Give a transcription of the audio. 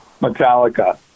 Metallica